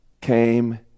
came